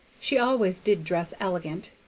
she always did dress elegant.